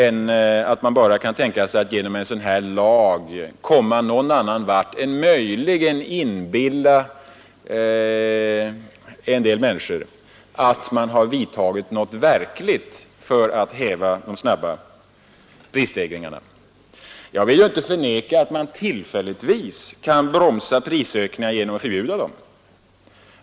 Genom en sådan här lag kan man inte åstadkomma någonting annat än möjligen att inbilla en del människor att man har gjort något verkligt för att häva de snabba prisstegringarna. Jag vill inte förneka att man tillfälligt kan bromsa prisökningar genom att förbjuda dem.